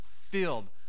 filled